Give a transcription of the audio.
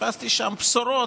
חיפשתי שם בשורות.